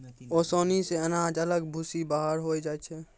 ओसानी से अनाज अलग भूसी बाहर होय जाय छै